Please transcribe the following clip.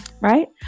right